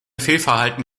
fehlverhalten